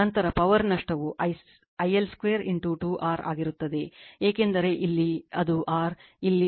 ನಂತರ ಪವರ್ ನಷ್ಟವು I L2 2 R ಆಗಿರುತ್ತದೆ ಏಕೆಂದರೆ ಇಲ್ಲಿ ಅದು R ಇಲ್ಲಿ ಅದು R